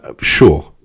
sure